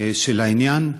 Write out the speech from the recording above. של העניין,